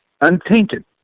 untainted